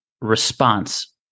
response